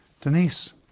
Denise